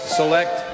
select